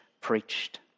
preached